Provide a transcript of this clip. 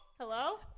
Hello